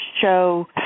show